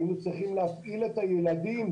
היו צריכים להפעיל את הילדים,